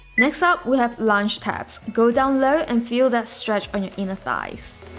next up we'll have lunge taps, go down low and feel that stretch on your inner thighs